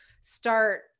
start